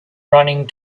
running